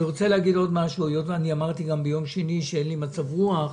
הצעה לסדר,